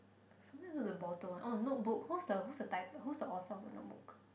something to do with the bottle one oh notebook who's the who's the title who's the author of the notebook